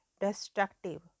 destructive